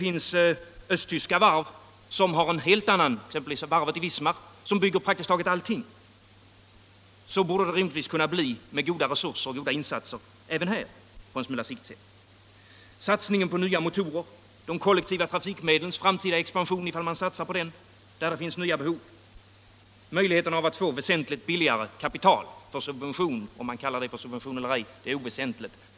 I Östtyskland finns det varv — t.ex. varvet i Wismar — som bygger praktiskt taget allting. Så borde det rimligtvis med stora insatser och goda resurser kunna bli även här på litet sikt sett. Likaså kan vi satsa på nya motorer och på de kollektiva trafikmedlens framtida expansion — man kan satsa på dem, när det finns nya behov — och man kan tillvarata möjligheterna att få väsentligt billigare kapital för subvention. Om man kallar det för subvention eller något annat är oväsentligt.